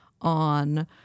on